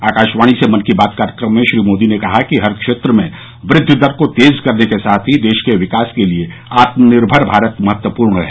आकाशवाणी से मन की बात कार्यक्रम में श्री मोदी ने कहा कि हर क्षेत्र में वृद्धि दर को तेज करने के साथ ही देश के विकास के लिए आत्मनिर्भर भारत महत्वपूर्ण है